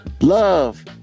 love